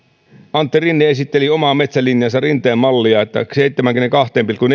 antti rinne esitteli omaa metsälinjaansa rinteen mallia että seitsemäänkymmeneenkahteen pilkku